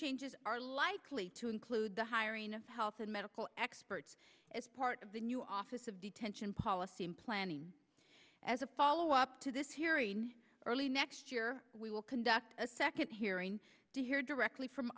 changes are likely to include the hiring of health and medical experts as part of the new office of detention policy in planning as a follow up to this hearing early next year we will conduct a second hearing to hear directly from